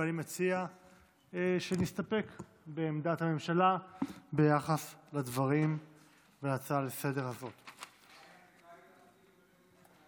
ואני מציע שנסתפק בעמדת הממשלה ביחס לדברים בהצעה לסדר-היום הזו.